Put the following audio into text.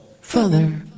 Father